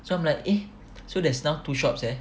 so I'm like eh so there's now two shops eh